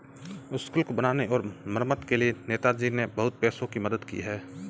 स्कूलों को बनाने और मरम्मत के लिए नेताजी ने बहुत पैसों की मदद की है